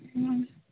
ᱦᱮᱸ